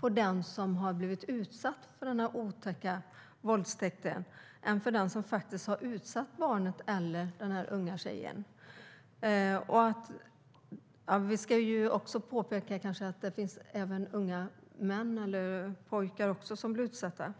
på den som har blivit utsatt för den otäcka våldtäkten än på den som har utsatt barnet eller den unga tjejen för detta - vi ska kanske påpeka att det även finns unga män och pojkar som blir utsatta.